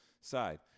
side